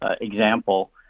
example